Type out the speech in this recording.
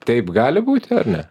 taip gali būti ar ne